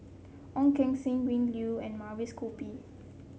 Ong Keng Sen Win Low and Mavis Khoo Bee